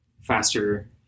faster